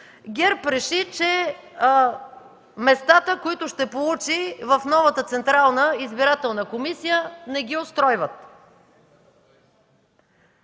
ГЕРБ реши, че местата, които ще получи в новата Централна избирателна комисия, не ги устройват,